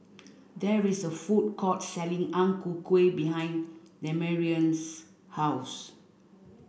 there is a food court selling Ang Ku Kueh behind Damarion's house